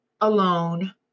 alone